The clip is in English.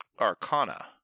Arcana